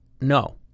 No